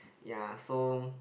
ya so